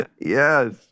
Yes